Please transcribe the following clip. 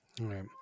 Right